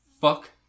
fuck